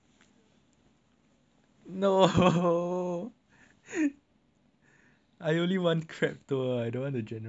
no I only want crab tour I don't want the general one general one is trash